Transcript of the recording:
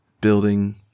building